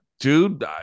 Dude